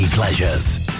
Pleasures